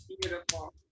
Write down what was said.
Beautiful